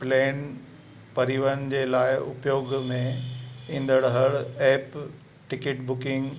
plain परिवहन जे लाइ उपयोगु में ईंदड़ु हर ऐप टिकिट बुकिंग